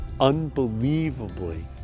unbelievably